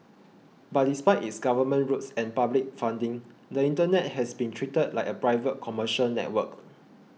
but despite its government roots and public funding the Internet has been treated like a private commercial network